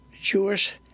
Jewish